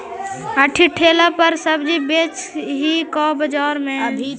अभी ठेला पर सब्जी बेच ही का बाजार में ज्सबजी बाला दुकान खोले ल लोन मिल जईतै?